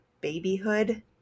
babyhood